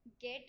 get